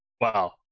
Wow